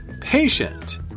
patient